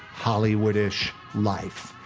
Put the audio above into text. hollywood-ish life,